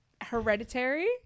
Hereditary